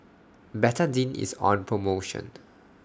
Betadine IS on promotion